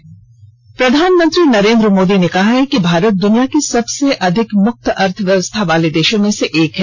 प्रधानमंत्री प्रधानमंत्री नरेन्द्र मोदी ने कहा है कि भारत दुनिया की सबसे अधिक मुक्त अर्थव्यवस्था वाले देशों में से एक है